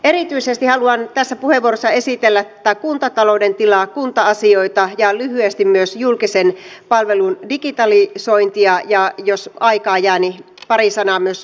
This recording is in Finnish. erityisesti haluan tässä puheenvuorossa esitellä kuntatalouden tilaa kunta asioita ja lyhyesti myös julkisen palvelun digitalisointia ja jos aikaa jää niin pari sanaa myös kokeilukulttuurista